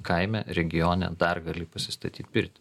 kaime regione dar gali pasistatyt pirtį